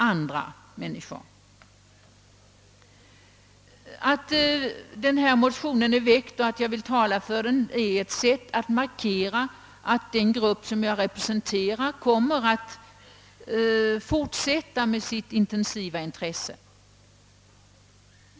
Att den motion väckts, som jag talar för, beror på att vi velat markera att den grupp jag representerar kommer att fortsätta att hysa ett intensivt intresse för u-landshjälpen.